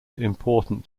important